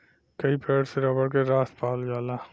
कई पेड़ से रबर के रस पावल जाला